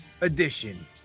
edition